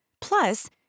Plus